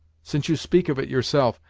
since you speak of it yourself,